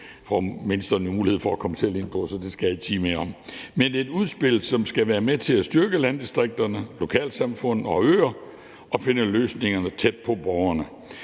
at ministeren får mulighed for at komme ind på, så det skal jeg ikke sige mere om, men det er et udspil, som skal være med til at styrke landdistrikterne, lokalsamfund og øer og finde løsningerne tæt på borgerne.